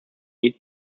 mid